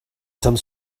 some